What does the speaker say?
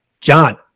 John